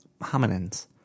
hominins